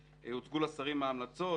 הקבינט, הוצגו ההמלצות לשרים,